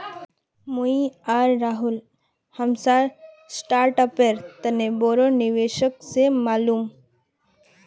मुई आर राहुल हमसार स्टार्टअपेर तने बोरो निवेशक से मिलुम